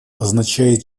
означает